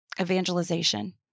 Evangelization